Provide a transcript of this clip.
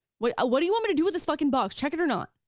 what ah what do you want me to do with this fucking box, check it or not?